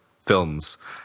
films